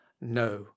No